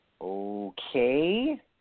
Okay